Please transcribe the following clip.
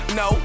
no